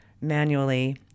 manually